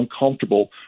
uncomfortable